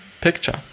picture